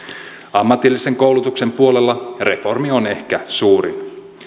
ammatillisen koulutuksen puolella reformi on ehkä suurin